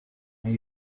اون